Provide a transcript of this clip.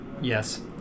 Yes